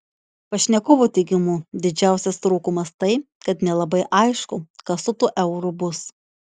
pašnekovo teigimu didžiausias trūkumas tai kad nelabai aišku kas su tuo euru bus